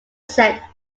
set